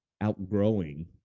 outgrowing